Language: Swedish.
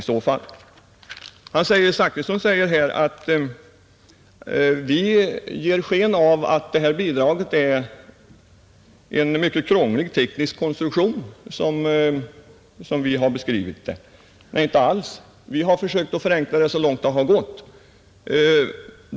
Herr Zachrisson säger att man av vår beskrivning får intrycket att detta bidrag skulle ha en mycket krånglig teknisk konstruktion. Nej, inte alls, Vi har försökt att förenkla den så långt det har gått.